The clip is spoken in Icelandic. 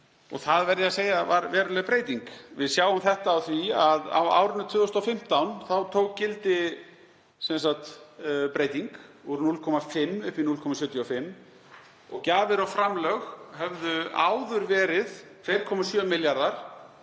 Ég verð að segja að það var veruleg breyting. Við sjáum þetta á því að á árinu 2015 tók gildi breyting, úr 0,5% upp í 0,75%, og gjafir og framlög höfðu áður verið 2,7 milljarðar